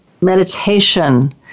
meditation